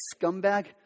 scumbag